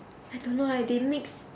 I don't know eh they mix